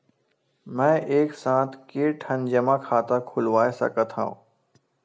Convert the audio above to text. मैं एक साथ के ठन जमा खाता खुलवाय सकथव?